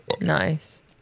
Nice